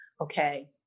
Okay